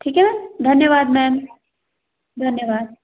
ठीक है ना धन्यवाद मैम धन्यवाद